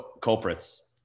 culprits